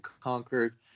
conquered